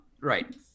right